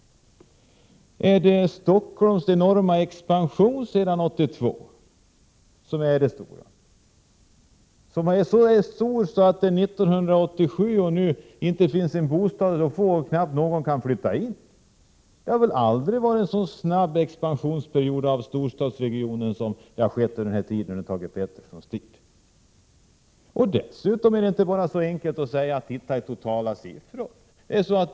Är det Stockholms enorma expansion sedan 1982 som är det stora? Den är ju så omfattande att det sedan 1987 knappast funnits en bostad att få. Det har väl aldrig varit en så snabb expansion för storstadsregionen som under den här perioden av Thage Petersons tid. Dessutom kan man inte säga att det bara är så enkelt som att se på de totala siffrorna.